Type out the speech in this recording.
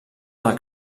del